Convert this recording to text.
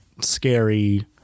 scary